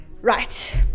Right